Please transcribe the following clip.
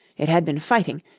it had been fighting,